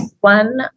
One